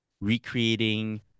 recreating